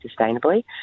sustainably